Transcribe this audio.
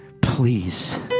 please